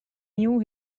knew